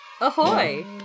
Ahoy